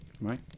right